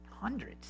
hundreds